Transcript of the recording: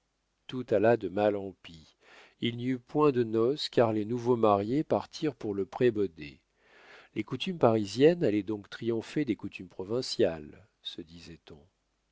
tout alla de mal en pis il n'y eut point de noces car les nouveau mariés partirent pour le prébaudet les coutumes parisiennes allaient donc triompher des coutumes provinciales se disait-on